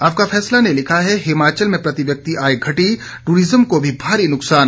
आपका फैसला ने लिखा है हिमाचल में प्रति व्यक्ति आय घटी ट्ररिज्म को भी भारी नुकसान